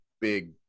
big